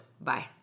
Bye